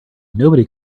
nobody